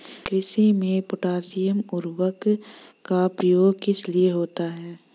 कृषि में पोटैशियम उर्वरक का प्रयोग किस लिए होता है?